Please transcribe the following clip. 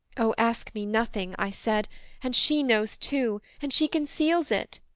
o ask me nothing, i said and she knows too, and she conceals it.